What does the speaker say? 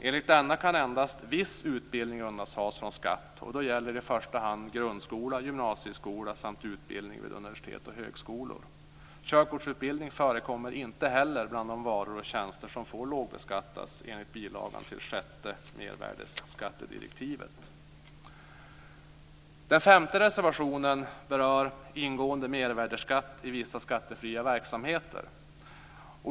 Enligt denna kan endast viss utbildning undantas från skatt. Då gäller det i första hand grundskola, gymnasieskola samt utbildning vid universitet och högskolor. Körkortsutbildning förekommer inte heller bland de varor och tjänster som får lågbeskattas enligt bilagan till sjätte mervärdesskattedirektivet. Den femte reservationen berör ingående mervärdesskatt i vissa skattefria verksamheter.